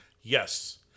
Yes